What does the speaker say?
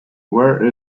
where